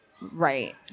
right